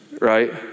right